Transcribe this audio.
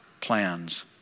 plans